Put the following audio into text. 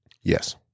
Yes